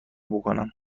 بکنم